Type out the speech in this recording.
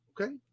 okay